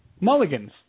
Mulligans